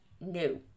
No